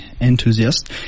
enthusiast